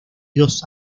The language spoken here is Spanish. dos